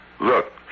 look